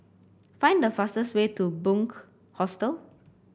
find the fastest way to Bunc Hostel